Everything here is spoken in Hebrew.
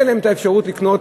אין להם אפשרות לקנות